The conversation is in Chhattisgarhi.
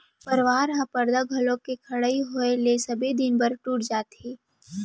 परवार ह परदा घलौ के खड़इ होय ले सबे दिन बर टूट जाथे